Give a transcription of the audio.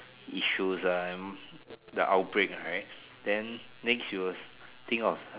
issues um the outbreak right then next you'll think of